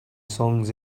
songs